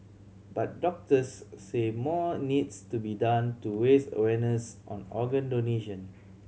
but doctors say more needs to be done to raise awareness on organ donation